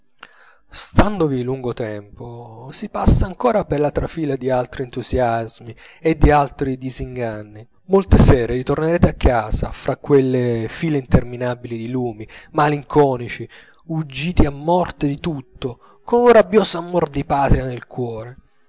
parigi standovi lungo tempo si passa ancora per la trafila di altri entusiasmi e di altri disinganni molte sere ritornerete a casa fra quelle file interminabili di lumi malinconici uggiti a morte di tutto con un rabbioso amor di patria nel cuore